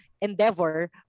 endeavor